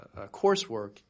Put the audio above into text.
coursework